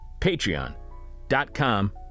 patreon.com